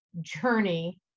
journey